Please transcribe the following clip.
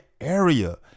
area